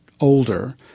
older